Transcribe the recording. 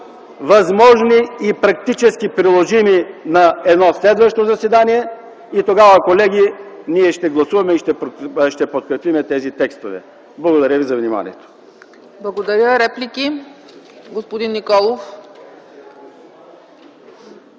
по-възможни и практически приложими на едно следващо заседание. Тогава, колеги, ние ще гласуваме и ще подкрепим тези текстове. Благодаря ви за вниманието. ПРЕДСЕДАТЕЛ ЦЕЦКА ЦАЧЕВА: Благодаря. Реплики? Господин Николов.